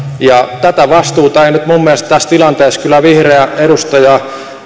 ja tätä vastuuta ei minun mielestäni nyt tässä tilanteessa kyllä vihreä edustaja